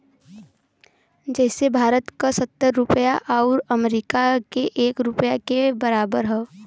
जइसे भारत क सत्तर रुपिया आउर अमरीका के एक रुपिया के बराबर हौ